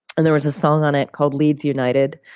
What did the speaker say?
and there was a song on it called leeds united,